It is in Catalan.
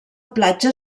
platja